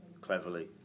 Cleverly